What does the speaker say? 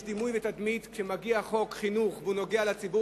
יש דימוי ותדמית: כשמגיע חוק חינוך והוא נוגע לציבור